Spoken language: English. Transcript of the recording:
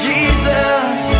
Jesus